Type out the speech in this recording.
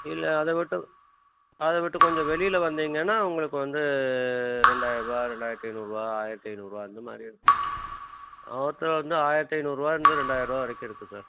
இல்லை அதை விட்டு அதை விட்டு கொஞ்சம் வெளியில வந்தீங்கன்னா உங்களுக்கு வந்து ரெண்டாயிரூவா ரெண்டாயிரத்து ஐந்நூறுரூவா ஆயிரத்து ஐந்நூறுரூவா அந்த மாதிரி இருக்கு அவர்கிட்ட வந்து ஆயிரத்து ஐந்நூறுரூவா இருந்து ரெண்டாயிரூவா வரைக்கும் இருக்கு சார்